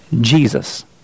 Jesus